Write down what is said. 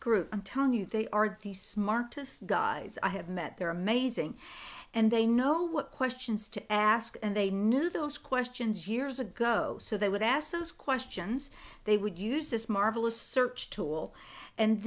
group i'm telling you they are the smartest guys i have met they're amazing and they know what questions to ask and they knew those questions years ago so they would ask those questions they would use this marvelous search tool and